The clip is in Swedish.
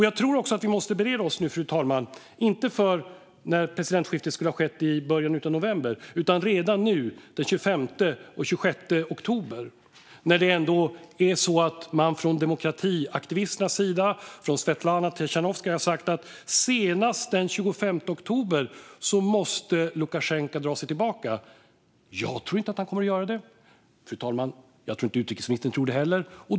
Jag tror också att vi måste bereda oss, fru talman, inte för när presidentskiftet skulle ha skett i början av november utan redan nu, för den 25 och den 26 oktober, då man från demokratiaktivisternas och Svetlana Tichanovskajas sida har sagt Lukasjenko senast måste dra sig tillbaka. Jag tror inte att han kommer att göra det, fru talman, och jag tror inte att utrikesministern tror det heller.